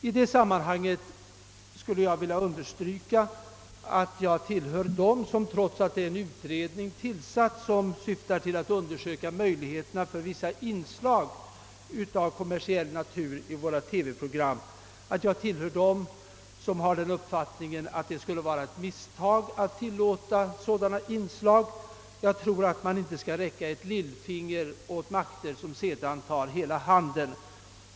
I det sammanhanget skule jag vilja understryka att jag tillhör dem som — trots att en utredning för närvarande undersöker möjligheterna av vissa inslag av kommersiell natur i våra TV program — tror att det skulle vara ett misstag att tillåta sådana inslag. Inte ens ett lillfinger bör räckas åt makter som sedan tar hela handen.